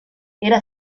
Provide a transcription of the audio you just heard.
era